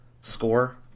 score